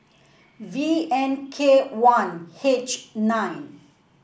V N K one H nine